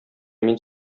мин